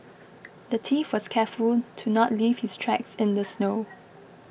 the thief was careful to not leave his tracks in the snow